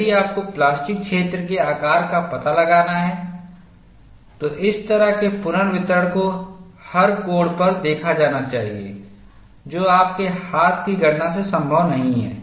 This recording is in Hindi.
यदि आपको प्लास्टिक क्षेत्र के आकार का पता लगाना है तो इस तरह के पुनर्वितरण को हर कोण पर देखा जाना चाहिए जो आपके हाथ की गणना से संभव नहीं है